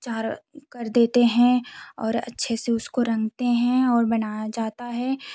चार कर देते हैं और अच्छे से उसको रँगते हैं और बनाया जाता है